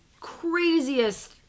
craziest